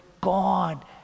God